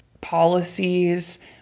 policies